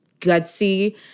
gutsy